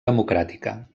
democràtica